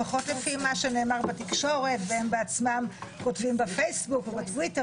לפחות לפי מה שנאמר בתקשורת והם בעצמם כותבים בפייסבוק ובטוויטר